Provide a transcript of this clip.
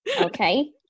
Okay